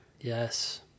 Yes